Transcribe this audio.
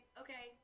okay